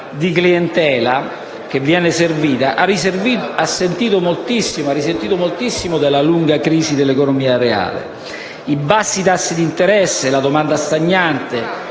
di clientela che viene servita, ha risentito moltissimo della lunga crisi dell'economia reale. I bassi tassi d'interesse, la domanda stagnante,